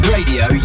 Radio